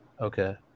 Okay